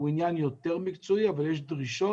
הוא יותר מקצועי, אבל יש דרישות.